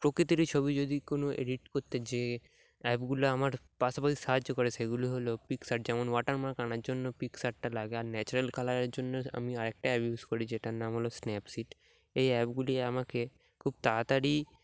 প্রকৃতিরই ছবি যদি কোনো এডিট করতে যে অ্যাপগুলো আমার পাশাপাশি সাহায্য করে সেগুলো হলো পিক্সার যেমন ওয়াটারমার্ক আনার জন্য পিক্সারটা লাগে আর ন্যাচারাল কালারের জন্য আমি আরেকটা অ্যাপ ইউস করি যেটার নাম হলো স্ন্যাপচিট এই অ্যাপগুলি আমাকে খুব তাড়াতাড়ি